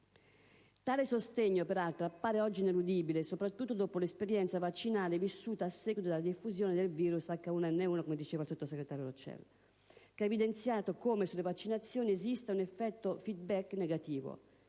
Tale sostegno, peraltro, appare oggi ineludibile, soprattutto dopo l'esperienza vaccinale vissuta a seguito della diffusione del virus H1N1 - come diceva il sottosegretario Roccella - che ha evidenziato come, sulle vaccinazioni, esista un effetto *feedback* negativo.